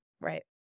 Right